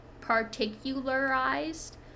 particularized